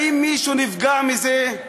האם מישהו נפגע מזה?